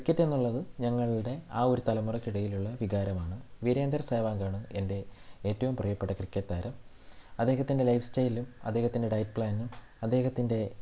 ക്രിക്കറ്റെന്നുള്ളത് ഞങ്ങളുടെ ആ ഒരു തലമുറക്കിടയിലുള്ള വികാരമാണ് വീരേന്ദ്ര സേവാഗാണ് എൻ്റെ ഏറ്റവും പ്രിയപ്പെട്ട ക്രിക്കറ്റ് താരം അദ്ദേഹത്തിൻ്റെ ലൈഫ് സ്റ്റൈലും അദ്ദേഹത്തിൻ്റെ ഡയറ്റ് പ്ലാനും അദ്ദേഹത്തിൻ്റെ